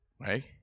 Right